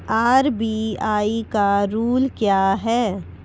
RBI का rule क्या हैं?